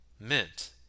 mint